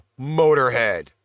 Motorhead